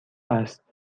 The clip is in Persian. است